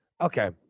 Okay